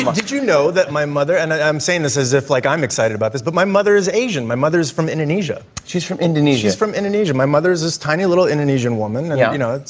did you know that my mother. and i'm saying this as if, like, i'm excited about this. but my mother is asian. my mother is from indonesia. she's from indonesia, is from indonesia. my mother is this tiny little indonesian woman. yeah. you know, it's.